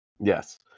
Yes